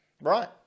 Right